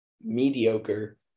mediocre